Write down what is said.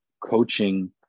coaching